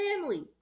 family